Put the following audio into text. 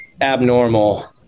abnormal